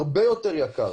הרבה יותר יקר.